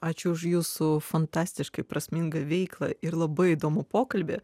ačiū už jūsų fantastiškai prasmingą veiklą ir labai įdomų pokalbį